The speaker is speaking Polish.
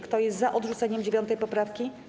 Kto jest za odrzuceniem 9. poprawki?